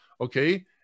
Okay